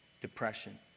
depression